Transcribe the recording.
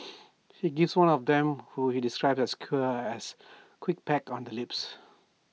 he gives one of them whom he describes as queer A quick peck on the lips